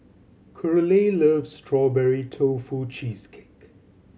Curley loves Strawberry Tofu Cheesecake